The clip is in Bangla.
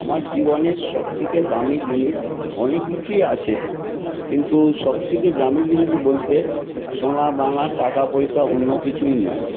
আমার জীবনের সব থেকে দামি জিনিস অনেক কিছুই আছে কিন্তু সবথেকে দামি জিনিস বলতে সোনাদানা টাকাপয়সা অন্য কিছুই নয়